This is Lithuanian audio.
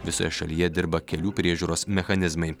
visoje šalyje dirba kelių priežiūros mechanizmai